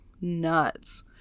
nuts